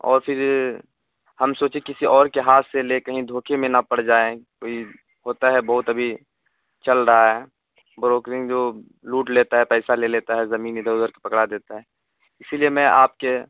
اور پھر ہم سوچے کسی اور کے ہاتھ سے لیں کہیں دھوکے میں نہ پڑ جائیں کوئی ہوتا ہے بہت ابھی چل رہا ہے بروکرنگ جو لوٹ لیتا ہے پیسہ لے لیتا ہے زمین ادھر ادھر کی پکڑا دیتا ہے اسی لیے میں آپ کے